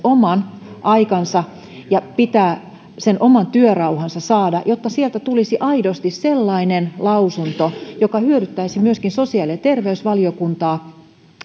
oman aikansa ja sen pitää se oma työrauhansa saada jotta sieltä tulisi aidosti sellainen lausunto joka hyödyttäisi myöskin sosiaali ja terveysvaliokuntaa